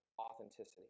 authenticity